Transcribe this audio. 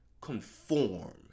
conform